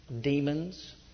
demons